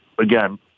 again